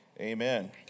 amen